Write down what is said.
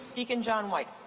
deacon john white.